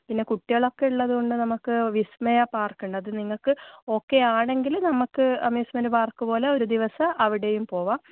പിന്നെ കുട്ടികളൊക്കെ ഉള്ളത് കൊണ്ട് നമുക്ക് വിസ്മയ പാർക്ക് ഉണ്ട് അത് നിങ്ങൾക്ക് ഓക്കെ ആണെങ്കിൽ നമുക്ക് അമ്യൂസ്മെന്റ് പാർക്ക് പോലെ ഒരു ദിവസം അവിടെയും പോവാം